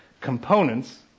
components